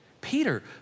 Peter